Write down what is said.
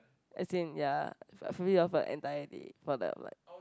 as in ya full fully off the entire day for that month